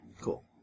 Cool